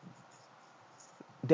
there